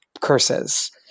curses